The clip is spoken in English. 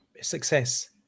success